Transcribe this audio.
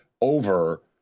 over